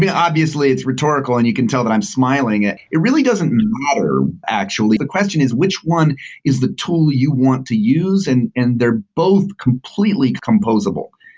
obviously, it's rhetorical and you can tell that i'm smiling. it it really doesn't matter actually. the question is which one is the tool you want to use, and and they're both completely composable.